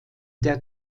der